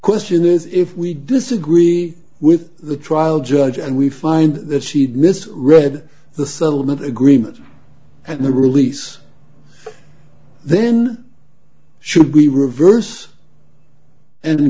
question is if we disagree with the trial judge and we find that she had mis read the settlement agreement and the release then should be reversed and